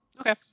Okay